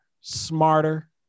smarter